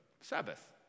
Sabbath